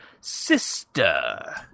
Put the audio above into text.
sister